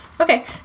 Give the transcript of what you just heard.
Okay